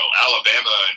Alabama